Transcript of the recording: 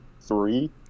three